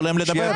תנו להם לדבר..